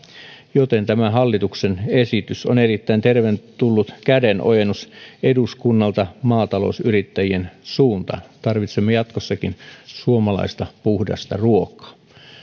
joten tämä hallituksen esitys on erittäin tervetullut kädenojennus eduskunnalta maatalousyrittäjien suuntaan tarvitsemme jatkossakin suomalaista puhdasta ruokaa